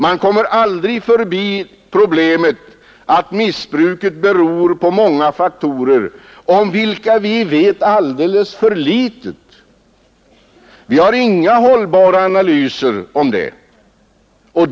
Man kommer aldrig förbi att missbruket beror på många faktorer, om vilka vi vet alldeles för litet. Vi har inga hållbara analyser av detta.